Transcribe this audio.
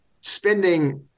spending